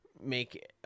make